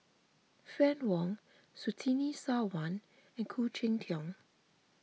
Fann Wong Surtini Sarwan and Khoo Cheng Tiong